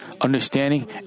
understanding